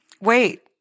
Wait